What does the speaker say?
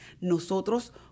Nosotros